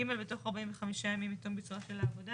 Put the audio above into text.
(ג) בתוך 45 ימים מתום ביצועה של העבודה